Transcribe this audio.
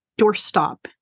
doorstop